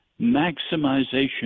maximization